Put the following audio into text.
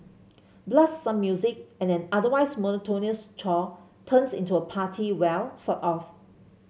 blast some music and an otherwise monotonous chore turns into a party well sort of